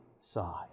side